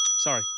Sorry